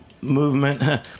movement